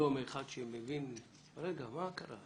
מה קרה.